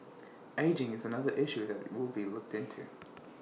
ageing is another issue that will be looked into